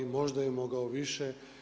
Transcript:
Možda je mogao i više.